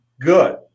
good